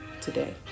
today